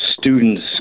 students